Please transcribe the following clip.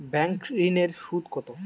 Bank ঋন এর সুদ কত?